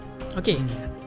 Okay